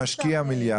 משקיע מיליארדים,